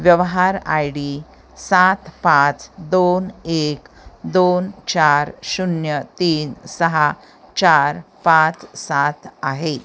व्यवहार I D सात पाच दोन एक दोन चार शून्य तीन सहा चार पाच सात आहे